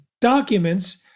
documents